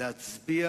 להצביע